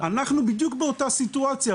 אנחנו בדיוק באותה סיטואציה,